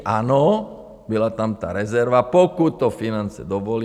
Ano, byla tam ta rezerva, pokud to finance dovolí.